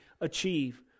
achieve